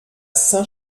saint